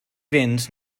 fynd